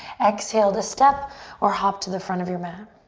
exhale to step or hop to the front of your mat.